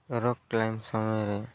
rock climb ସମୟରେ